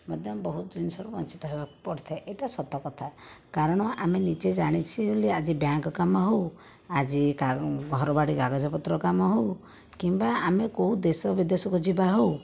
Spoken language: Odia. ମଧ୍ୟ ବହୁତ ଜିନିଷରୁ ବଞ୍ଚିତ ହେବାକୁ ପଡ଼ିଥାଏ ଏହିଟା ସତ କଥା କାରଣ ଆମେ ନିଜେ ଜାଣିଛେ ବୋଲି ଆଜି ବ୍ୟାଙ୍କ କାମ ହେଉ ଆଜି କା ଘରବାଡ଼ି କାଗଜପତ୍ର କାମ ହେଉ କିମ୍ବା ଆମେ କେଉଁ ଦେଶ ବିଦେଶକୁ ଯିବା ହେଉ